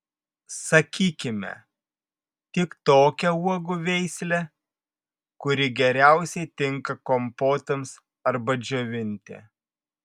sakykime tik tokią uogų veislę kuri geriausiai tinka kompotams arba džiovinti